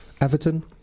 Everton